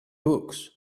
books